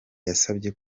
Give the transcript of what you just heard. yasabye